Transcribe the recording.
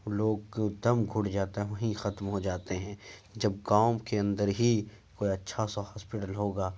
لوگ دم گھٹ جاتا ہے وہی ختم ہو جاتے ہیں جب گاؤں کے اندر ہی کوئی اچھا سا ہاسپیٹل ہوگا